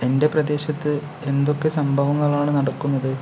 എന്റെ പ്രദേശത്ത് എന്തൊക്കെ സംഭവങ്ങളാണ് നടക്കുന്നത്